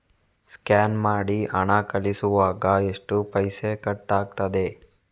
Scan ಮಾಡಿ ಹಣ ಕಳಿಸುವಾಗ ಎಷ್ಟು ಪೈಸೆ ಕಟ್ಟಾಗ್ತದೆ?